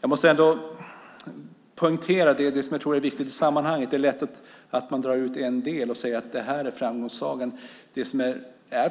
Jag måste poängtera något som är viktigt i sammanhanget. Det är lätt att man drar ut en del och säger att det är framgångssagan.